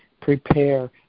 prepare